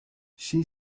she